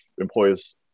employees